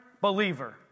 believer